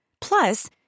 Plus